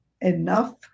enough